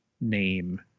name